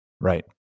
Right